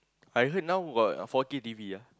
I heard now got uh four K T_V ah